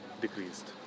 decreased